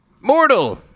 mortal